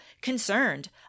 concerned